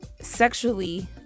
sexually